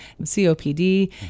COPD